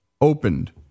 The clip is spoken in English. opened